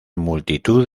multitud